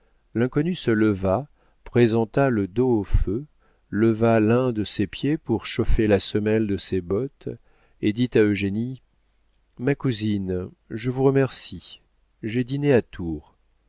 l'inconnu se leva présenta le dos au feu leva l'un de ses pieds pour chauffer la semelle de ses bottes et dit à eugénie ma cousine je vous remercie j'ai dîné à tours